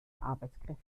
arbeitskräfte